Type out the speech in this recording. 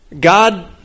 God